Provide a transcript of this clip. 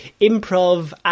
improv